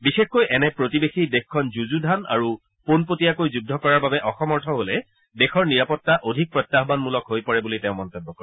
বিশেষকৈ এনে প্ৰতিবেশী দেশখন যুযুধান আৰু পোনপতীয়াকৈ যুদ্ধ কৰাৰ বাবে অসমৰ্থ হ'লে দেশৰ নিৰাপত্তা অধিক প্ৰত্যাহানমূলক হৈ পৰে বুলি তেওঁ মন্তব্য কৰে